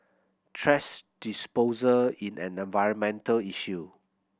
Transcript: thrash disposal in an environmental issue